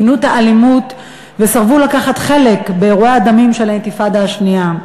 גינו את האלימות וסירבו לקחת חלק באירועי הדמים של האינתיפאדה השנייה.